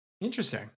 Interesting